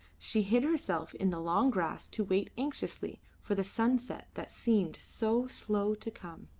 she hid herself in the long grass to wait anxiously for the sunset that seemed so slow to come.